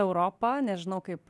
europa nežinau kaip